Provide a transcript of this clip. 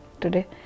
today